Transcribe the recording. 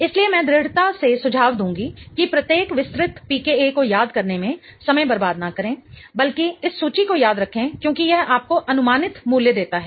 इसलिए मैं दृढ़ता से सुझाव दूंगी कि प्रत्येक विस्तृत pKa को याद करने में समय बर्बाद न करें बल्कि इस सूची को याद रखें क्योंकि यह आपको अनुमानित मूल्य देता है